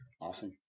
Awesome